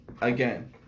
Again